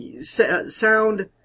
sound